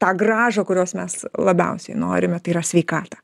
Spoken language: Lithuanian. tą grąžą kurios mes labiausiai norime tai yra sveikatą